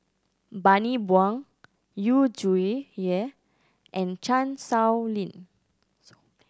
Bani Buang Yu Zhuye and Chan Sow Lin